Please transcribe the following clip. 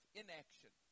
inaction